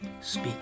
Speak